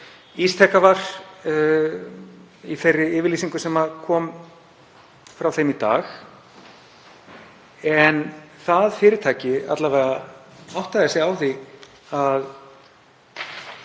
Ísteka var í þeirri yfirlýsingu sem kom frá þeim í dag, en það fyrirtæki áttaði sig alla